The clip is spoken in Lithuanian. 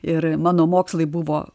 ir mano mokslai buvo